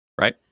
right